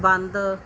ਬੰਦ